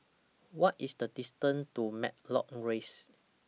What IS The distance to Matlock Rise